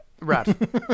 Right